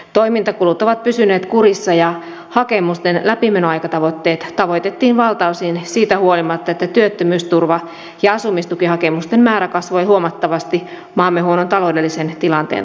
toimintakulut ovat pysyneet kurissa ja hakemusten läpimenoaikatavoitteet tavoitettiin valtaosin siitä huolimatta että työttömyysturva ja asumistukihakemusten määrä kasvoi huomattavasti maamme huonon taloudellisen tilanteen takia